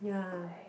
ya